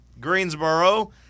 Greensboro